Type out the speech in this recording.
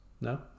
No